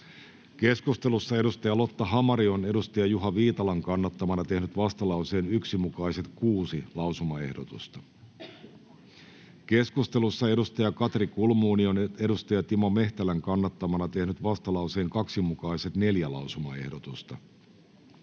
Keskustelussa Lotta Hamari on Juha Viitalan kannattamana tehnyt vastalauseen 1 mukaiset kuusi lausumaehdotusta. Keskustelussa Katri Kulmuni on Timo Mehtälän kannattamana tehnyt vastalauseen 2 mukaiset neljä lausumaehdotusta.